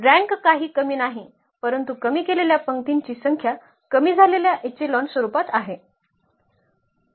rank काही कमी नाही परंतु कमी केलेल्या पंक्तीची संख्या कमी झालेल्या इचेलॉन स्वरूपात आहे